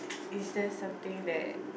is there something that